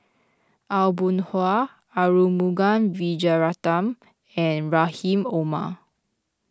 Aw Boon Haw Arumugam Vijiaratnam and Rahim Omar